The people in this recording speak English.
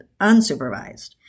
unsupervised